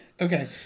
Okay